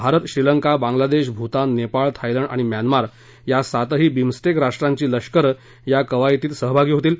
Bharat Sri Lanka Bangladesh Bhutan Nepal Thailand आणि Myanmar या सातही बिमस्टेक राष्ट्रांची लष्करं या कवायतीमध्ये सहभागी होतील